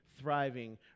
thriving